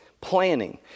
planning